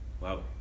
wow